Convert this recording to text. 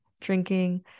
drinking